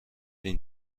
این